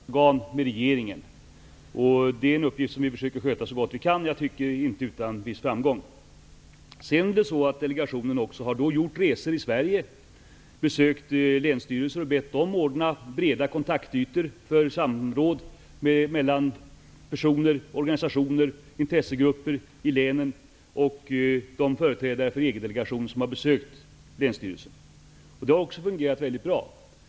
Herr talman! Delegationens huvuduppgift är att vara samrådsorgan med regeringen. Det är en uppgift som vi försöker sköta så gott vi kan. Det har vi gjort -- inte utan viss framgång, tycker jag. Delegationen har också gjort resor i Sverige, besökt länsstyrelser och bett dem ordna breda kontaktytor för samråd mellan å ena sidan personer, organisationer och intressegrupper i länen och å andra sidan de företrädare för EG delegationen som har besökt länsstyrelsen. Det har också fungerat mycket bra.